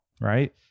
right